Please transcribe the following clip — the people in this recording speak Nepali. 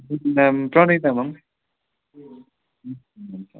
नाम प्रणय तामाङ हुन्छ